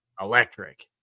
Electric